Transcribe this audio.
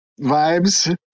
vibes